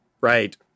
right